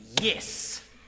yes